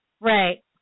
Right